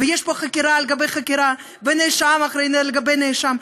ויש פה חקירה על חקירה ונאשם על נאשם,